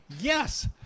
Yes